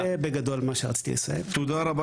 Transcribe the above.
תודה רבה